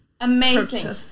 amazing